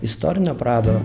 istorinio prado